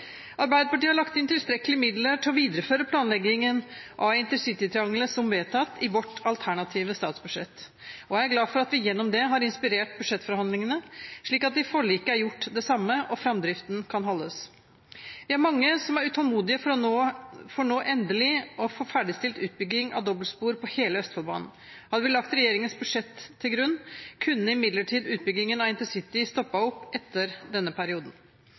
Arbeiderpartiet har lagt inn tilstrekkelige midler til å videreføre planleggingen av intercity-triangelet som vedtatt i vårt alternative statsbudsjett. Jeg er glad for at vi gjennom det har inspirert budsjettforhandlingene, slik at det i forliket er gjort det samme og framdriften kan holdes. Vi er mange som er utålmodige etter nå endelig å få ferdigstilt utbyggingen av dobbeltspor på hele Østfoldbanen. Hadde man lagt regjeringens budsjett til grunn, kunne imidlertid utbyggingen av intercity stoppet opp etter denne perioden.